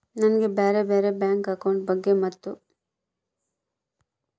ನನಗೆ ಬ್ಯಾರೆ ಬ್ಯಾರೆ ಬ್ಯಾಂಕ್ ಅಕೌಂಟ್ ಬಗ್ಗೆ ಮತ್ತು?